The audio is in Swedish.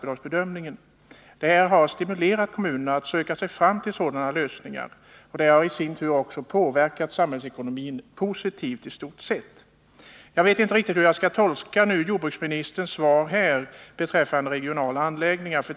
Det har stimulerat kommunerna att söka sig fram till gemensamma lösningar, och det har i sin tur påverkat samhällsekonomin positivt i stort sett. Jag vet inte riktigt hur jag skall tolka jordbruksministerns svar beträffande regionala anläggningar.